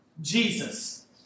Jesus